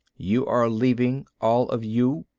you are leaving, all of you?